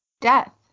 Death